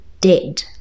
dead